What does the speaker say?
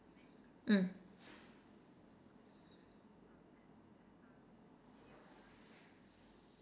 mm